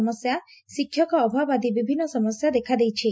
ସମସ୍ୟା ଶିକ୍ଷକ ଅଭାବ ଆଦି ବିଭିନ୍ ସମସ୍ୟା ଦେଖାଦେଇଛି